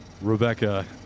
Rebecca